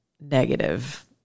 Negative